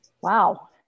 wow